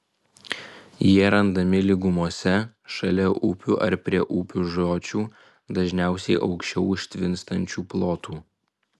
jie randami lygumose šalia upių ar prie upių žiočių dažniausiai aukščiau užtvinstančių plotų